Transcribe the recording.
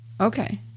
Okay